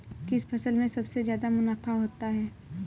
किस फसल में सबसे जादा मुनाफा होता है?